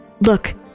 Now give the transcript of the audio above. look